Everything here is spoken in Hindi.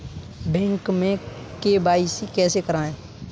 बैंक में के.वाई.सी कैसे करायें?